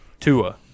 Tua